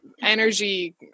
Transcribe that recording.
energy